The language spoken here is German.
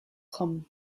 kommen